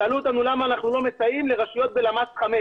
שאלו אותנו למה אנחנו לא מסייעים לרשויות בלמ"ס חמש